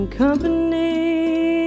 company